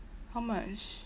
how much